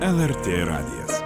lrt radijas